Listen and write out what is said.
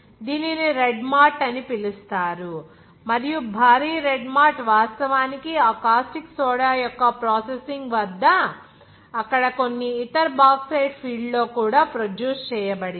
దీనిని red mud అని పిలుస్తారు మరియు భారీ రెడ్ మార్ట్ వాస్తవానికి ఆ కాస్టిక్ సోడా యొక్క ప్రాసెసింగ్ వద్ద అక్కడ కొన్ని ఇతర బాక్సైట్ ఫీల్డ్ లో కూడా ప్రొడ్యూస్ చేయబడింది